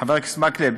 חבר הכנסת מקלב,